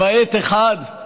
למעט אחד.